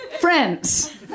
Friends